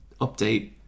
update